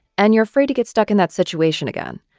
and you're afraid to get stuck in that situation again.